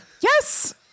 yes